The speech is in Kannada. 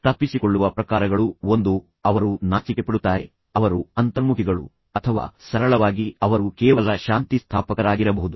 ತಪ್ಪಿಸಿಕೊಳ್ಳುವ ಪ್ರಕಾರಗಳು ಒಂದೋ ಅವರು ನಾಚಿಕೆಪಡುತ್ತಾರೆ ಅವರು ಅಂತರ್ಮುಖಿಗಳು ಅಥವಾ ಸರಳವಾಗಿ ಅವರು ಕೇವಲ ಶಾಂತಿ ಸ್ಥಾಪಕರಾಗಿರಬಹುದು